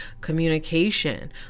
communication